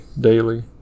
daily